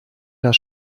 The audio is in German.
das